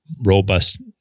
robust